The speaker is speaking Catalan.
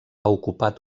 ocupat